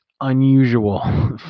unusual